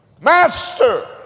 Master